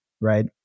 right